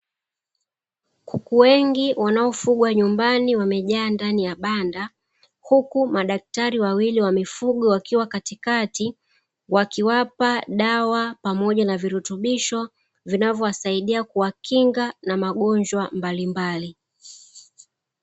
Kuku wengi wanaofugwa nyumbani wamejaa ndani ya banda, huku madaktari wawili wamifugo wakiwa katikati wakiwapa dawa na virutubisho ili kuwakinga mbali na magonjwa mbalimbali